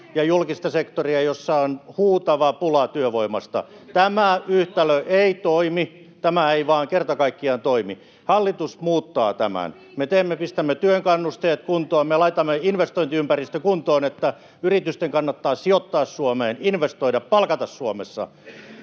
ja julkista sektoria, joissa on huutava pula työvoimasta. Tämä yhtälö ei toimi, tämä ei vaan kerta kaikkiaan toimi. Hallitus muuttaa tämän. [Krista Kiurun välihuuto] Me pistämme työn kannusteet kuntoon, me laitamme investointiympäristön kuntoon, että yritysten kannattaa sijoittaa Suomeen, investoida, palkata Suomessa.